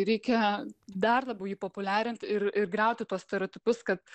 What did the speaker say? reikia dar labiau jį populiarint ir ir griauti tuos stereotipus kad